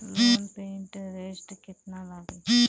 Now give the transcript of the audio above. Loan पे interest केतना लागी?